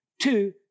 Two